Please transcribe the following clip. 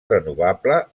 renovable